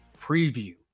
Preview